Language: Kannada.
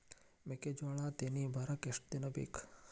ಮೆಕ್ಕೆಜೋಳಾ ತೆನಿ ಬರಾಕ್ ಎಷ್ಟ ದಿನ ಬೇಕ್?